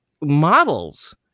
models